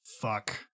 fuck